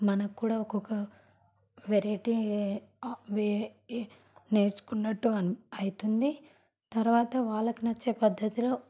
మనకు కూడా ఒక్కొక్క వెరైటీ అవే నేర్చుకున్నట్టు అవుతుంది తర్వాత వాళ్ళకు నచ్చే పద్ధతిలో